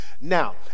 Now